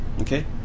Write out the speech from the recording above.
Okay